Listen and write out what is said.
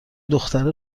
دختره